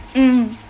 mm